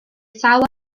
sawl